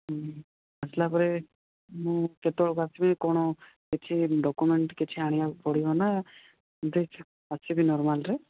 ଆସିଲା ପରେ ମୁଁ କେତେ ବେଳକୁ ଆସିବି କ'ଣ କିଛି ଡକୁମେଣ୍ଟ୍ କିଛି ଆଣିବାକୁ ପଡ଼ିବ ନା ଆସିବି ନର୍ମାଲ୍ରେ